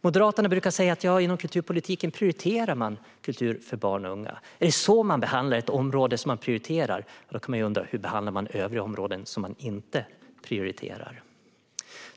Moderaterna brukar säga att de inom kulturpolitiken prioriterar kultur för barn och unga. Om det är så de behandlar ett område som de prioriterar kan man ju undra hur de behandlar övriga områden som de inte prioriterar.